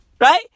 Right